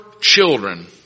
children